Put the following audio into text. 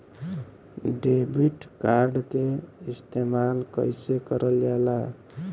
Debit card के इस्तेमाल कइसे करल जाला?